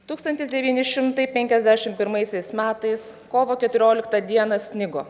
tūkstantis devyni šimtai penkiasdešim pirmaisiais metais kovo keturioliktą dieną snigo